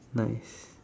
nice